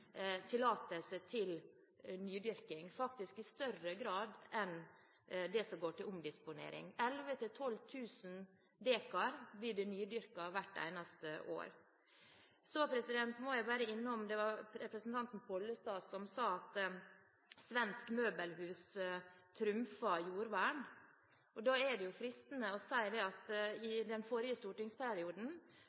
tillatelse til nydyrking – faktisk i større grad enn det som går til omdisponering. 11 000–12 000 dekar blir nydyrket hvert eneste år. Jeg må bare innom representanten Pollestad, som sa at et svensk møbelhus trumfer jordvern. Da er det fristende å si at i den forrige stortingsperioden